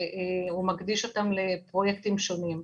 והוא מקדיש אותם לפרויקטים שונים.